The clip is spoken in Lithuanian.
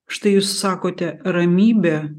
štai jūs sakote ramybė